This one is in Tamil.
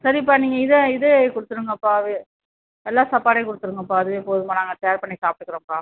சரிப்பா நீங்கள் இதே இதே இது கொடுத்துருங்கப்பா வெ வெள்ளை சாப்பாடே கொடுத்துருங்கப்பா அதுவே போதும்பா நாங்கள் சேர் பண்ணி சாப்பிட்டுக்கறோம்பா